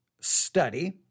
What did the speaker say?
study